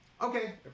Okay